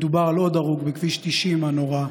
מדובר על עוד הרוג בכביש 90 הנורא.